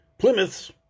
Plymouths